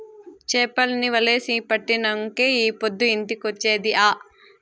చేపల్ని వలేసి పట్టినంకే ఈ పొద్దు ఇంటికొచ్చేది ఆ